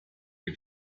mit